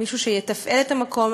מישהו שיתפעל את המקום.